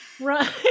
Right